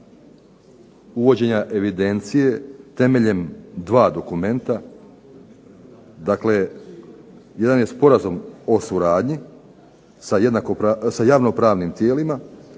uvođenja evidencije temeljem dva dokumenta. Dakle, jedan je sporazum o suradnji sa javno pravnim tijelima,